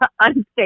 unstable